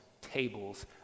tables